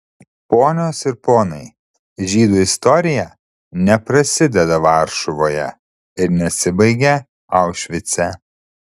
ponios ir ponai žydų istorija neprasideda varšuvoje ir nesibaigia aušvice